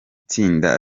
tsinda